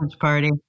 party